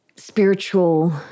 spiritual